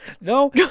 no